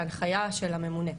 בהנחיה של הממונה.